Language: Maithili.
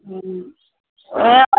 हूँ